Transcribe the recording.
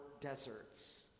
deserts